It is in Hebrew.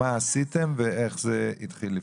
מה עשיתם ואיך זה התחיל לפעול.